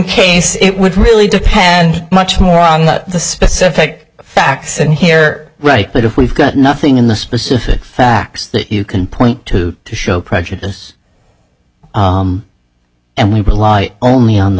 case it would really depend much more on the specific facts in here right but if we've got nothing in the specific facts that you can point to to show prejudice and we rely only on the